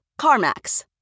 CarMax